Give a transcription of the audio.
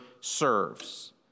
serves